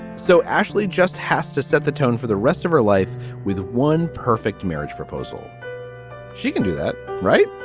so ashley just has to set the tone for the rest of her life with one perfect marriage proposal she can do that right